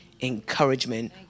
encouragement